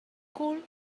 cul